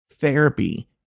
Therapy